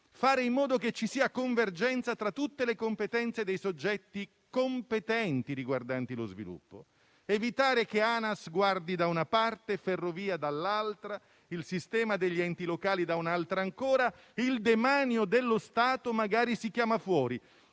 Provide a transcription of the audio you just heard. fare in modo che ci sia convergenza tra tutte le competenze dei soggetti competenti riguardanti lo sviluppo: evitare che Anas guardi da una parte e Ferrovie dall'altra, il sistema degli enti locali da un'altra parte ancora, con il demanio dello Stato che magari si chiama fuori.